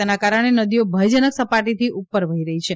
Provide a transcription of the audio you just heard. તેના કારણે નદીઓ ભયજનક સપાટીથી ઉપર વહી રહી છે